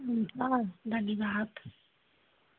धन्यवाद